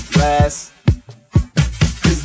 last